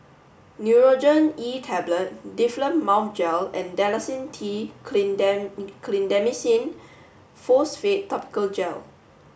Nurogen E Tablet Difflam Mouth Gel and Dalacin T Clindamycin Phosphate Topical Gel